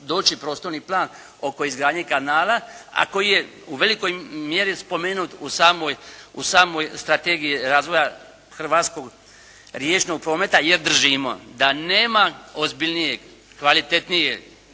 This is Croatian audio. doći prostorni plan oko izgradnje kanala a koji je u velikoj mjeri spomenut u samoj, u samoj strategiji razvoja hrvatskog riječnog prometa jer držimo da nema ozbiljnije, kvalitetnije